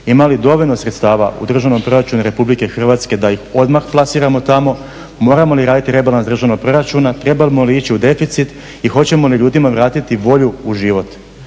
Ima li dovoljno sredstava u državnom proračunu RH da ih odmah plasiramo tamo, moramo li raditi rebalans državnog proračuna, trebamo li ići u deficit i hoćemo li ljudima vratiti volju u život.